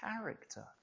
character